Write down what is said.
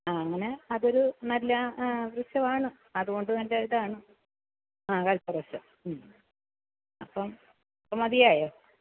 ആ അങ്ങനെ അതൊരു നല്ല വൃക്ഷമാണ് അതുകൊണ്ട് നല്ല ഇതാണ് ആ കല്പവൃക്ഷം ഉം അപ്പം മതിയായോ